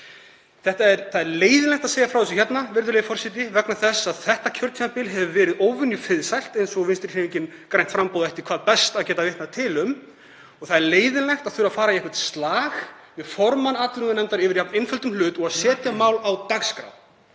Það er leiðinlegt að segja frá þessu hérna, virðulegi forseti, vegna þess að þetta kjörtímabil hefur verið óvenjufriðsælt, eins og Vinstrihreyfingin – grænt framboð ætti hvað best að geta vitnað um. Það er leiðinlegt að þurfa að fara í einhvern slag við formann atvinnuveganefndar yfir jafn einföldum hlut og að setja mál á dagskrá.